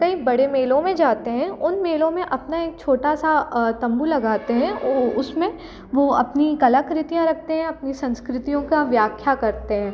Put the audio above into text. कई बड़े मेलों में जाते हैं उन मेलों में अपना एक छोटा सा तंबू लगाते हैं वो उसमें वो अपनी कलाकृतियाँ रखते हैं अपनी संस्कृतियों की व्याख्या करते हैं